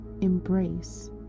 embrace